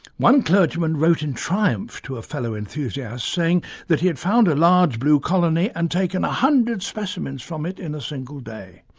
one clergyman wrote in triumph to a fellow enthusiast saying that he had found a large blue colony and taken one ah hundred specimens from it in a single day.